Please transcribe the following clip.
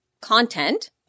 content